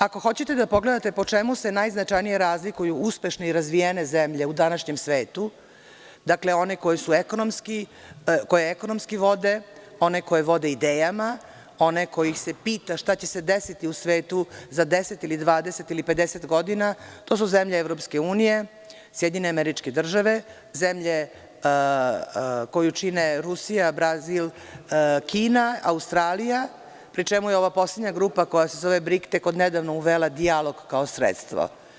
Ako hoćete da pogledate po čemu se najznačajnije razlikuju uspešne i razvijene zemlje u današnjem svetu, one koje ekonomski vode, one koje vode idejama, one koje se pitaju šta će se desiti u svetu za deset ili dvadeset ili pedeset godina, to su zemlje EU, SAD, zemlje koje čine Rusija, Brazil, Kina, Australija, pri čemu je ova poslednja grupa koja se zove Brikte od nedavno uvela dijalog kao sredstvo.